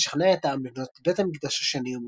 לשכנע את העם לבנות את בית המקדש השני,